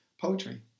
poetry